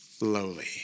lowly